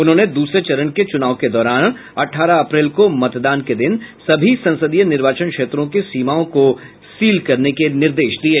उन्होंने दूसरे चरण के चुनाव के दौरान अठारह अप्रैल को मतदान के दिन सभी संसदीय निर्वाचन क्षेत्रों की सीमाओं को सील करने के निर्देश दिये